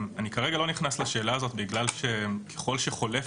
כרגע אני לא נכנס לשאלה הזאת בגלל שככל שחולף